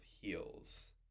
heels